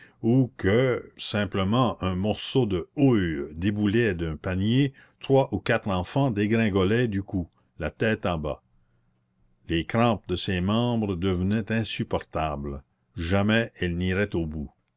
ou que simplement un morceau de houille déboulait d'un panier trois ou quatre enfants dégringolaient du coup la tête en bas les crampes de ses membres devenaient insupportables jamais elle n'irait au bout